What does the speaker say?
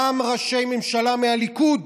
גם ראשי ממשלה מהליכוד,